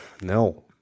No